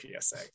psa